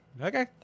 Okay